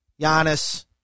Giannis